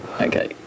Okay